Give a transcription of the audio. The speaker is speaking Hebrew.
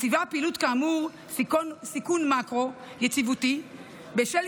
מציבה פעילות כאמור סיכון מקרו-יציבותי בשל